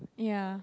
ya